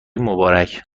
مبارک